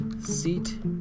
seat